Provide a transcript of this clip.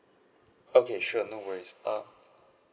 okay sure no worries err